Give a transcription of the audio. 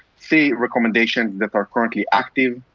see recommendations that are currently active,